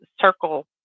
circle